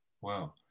Wow